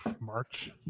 March